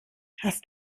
hast